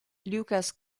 lucas